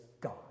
God